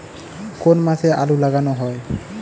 কোন মাসে আলু লাগানো হয়?